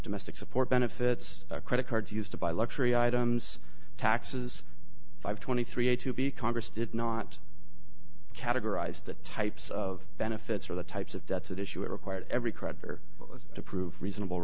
domestic support benefits credit cards used to buy luxury items taxes five twenty three a to b congress did not categorize the types of benefits or the types of debts that issue it required every creditor to prove reasonable